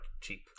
cheap